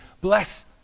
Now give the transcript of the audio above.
Bless